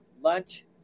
lunch